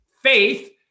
Faith